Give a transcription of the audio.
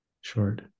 short